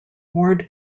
ward